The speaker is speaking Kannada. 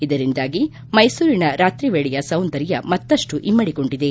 ಇದರಿಂದಾಗಿ ಮೈಸೂರಿನ ರಾತ್ರಿ ಸೌಂದರ್ಯ ಮತ್ತಷ್ಟು ಇಮ್ಮಡಿಗೊಂಡಿದೆ